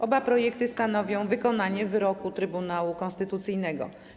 Oba projekty stanowią wykonanie wyroku Trybunału Konstytucyjnego.